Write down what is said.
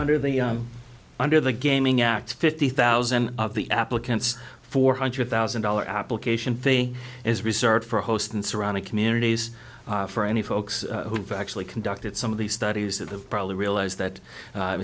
under the under the gaming act fifty thousand of the applicants four hundred thousand dollars application fee is reserved for host and surrounding communities for any folks who actually conducted some of these studies that ha